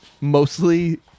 Mostly